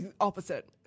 opposite